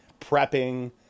prepping